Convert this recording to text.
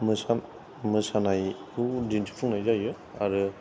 मोसा मोसानायखौ दिन्थिफुंनाय जायो आरो